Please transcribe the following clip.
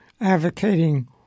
advocating